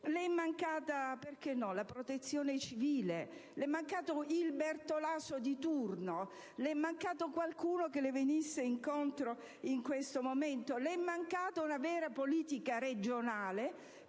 no? - la Protezione civile, le è mancato il Bertolaso di turno, qualcuno che le venisse incontro in questo momento; le è mancata una vera politica regionale,